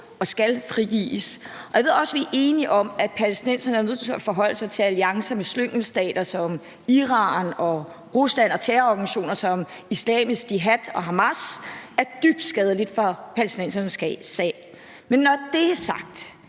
og skal frigives, og jeg ved også, at vi er enige om, at palæstinenserne jo er nødt til at forholde sig til en alliance med slyngelstater som Iran og Rusland, og at terrororganisationer som Islamisk Jihad og Hamas er dybt skadelige for palæstinensernes sag. Men når det er sagt,